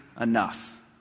enough